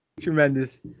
tremendous